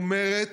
והיא אומרת